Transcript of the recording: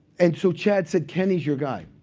and so chad said, kenny's your guy.